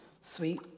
sweet